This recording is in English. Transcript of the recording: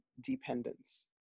dependence